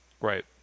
Right